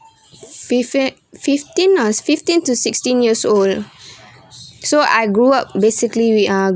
fif~ fifteen oh fifteen to sixteen years old so I grew up basically we are